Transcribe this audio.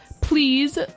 please